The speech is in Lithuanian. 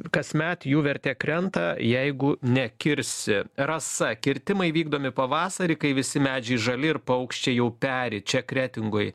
kasmet jų vertė krenta jeigu nekirsi rasa kirtimai vykdomi pavasarį kai visi medžiai žali ir paukščiai jau peri čia kretingoj